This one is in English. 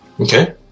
Okay